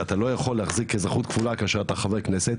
הרי אתה לא יכול להחזיק אזרחות כפולה כאשר אתה חבר כנסת,